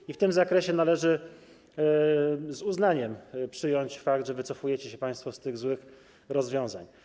I w tym zakresie należy z uznaniem przyjąć fakt, że wycofujecie się państwo ze złych rozwiązań.